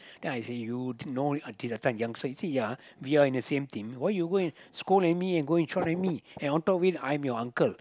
then I say you know until that time youngster he say ya we are in the same team why you go and scold at me and go and shout at me and on top of it I am your uncle